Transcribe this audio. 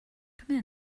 come